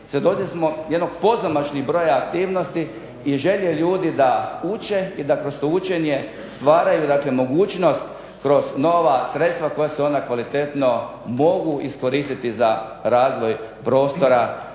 svjedoci smo jednog pozamašnih broja aktivnosti i želje ljudi da uče i da kroz to učenje stvaraju dakle mogućnost kroz nova sredstva koja se onda kvalitetno mogu iskoristiti za razvoj prostora,